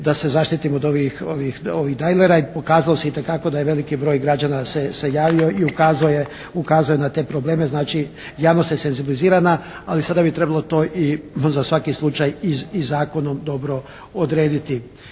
da se zaštitimo od ovih dajlera i pokazalo se itekako da je veliki broj građana se javio i ukazao je na te probleme, znači javnost je senzibilizirana, ali sada bi trebalo to i za svaki slučaj i zakonom dobro odrediti.